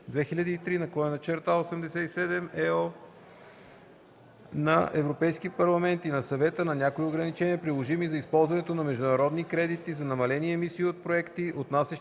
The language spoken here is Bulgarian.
Директива 2003/87/ЕО на Европейския парламент и на Съвета на някои ограничения, приложими за използването на международни кредити за намалени емисии от проекти, отнасящи